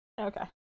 Okay